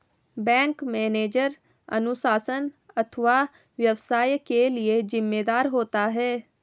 bank manager अनुशासन अथवा व्यवसाय के लिए जिम्मेदार होता है